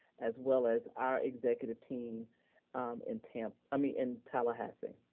as well as our executive team in tampa, i mean, in tallahassee.